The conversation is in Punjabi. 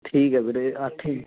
ਠੀਕ ਹੈ ਵੀਰੇ ਅੱਠ ਇੰਚ